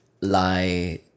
lie